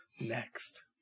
Next